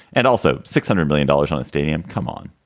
and also six hundred million dollars on the stadium. come on.